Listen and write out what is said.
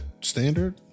standard